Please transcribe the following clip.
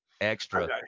Extra